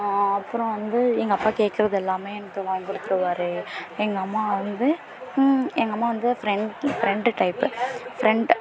அப்புறம் வந்து எங்கள் அப்பா கேட்குறது எல்லாமே எனக்கு வாங்கி கொடுத்துடுவாரு எங்கள் அம்மா வந்து எங்கள் அம்மா வந்து ஃப்ரெண்ட்டு ஃப்ரெண்ட்டு டைப்பு ஃப்ரெண்ட்